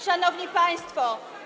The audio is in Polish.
Szanowni Państwo!